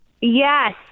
Yes